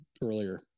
earlier